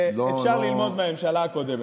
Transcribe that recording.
ואפשר ללמוד מהממשלה הקודמת.